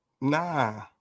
Nah